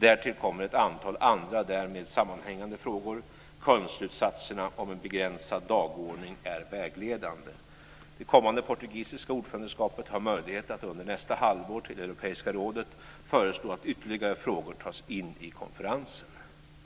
Därtill kommer ett antal andra därmed sammanhängande frågor. Kölnslutsatserna om en begränsad dagordning är vägledande. Det kommande portugisiska ordförandeskapet har möjlighet att under nästa halvår till Europeiska rådet föreslå att ytterligare frågor tas in i konferensen.